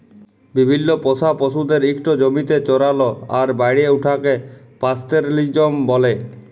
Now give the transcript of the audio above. বিভিল্ল্য পোষা পশুদের ইকট জমিতে চরাল আর বাড়ে উঠাকে পাস্তরেলিজম ব্যলে